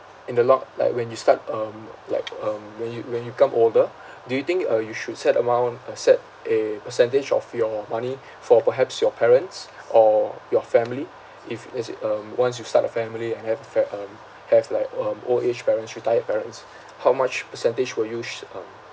in the long like when you start um like um when you when you become older do you think uh you should set amount uh set a percentage of your money for perhaps your parents or your family if it's um once you start a family have a fam~ um have like um old age parents retired parents how much percentage will you sh~ um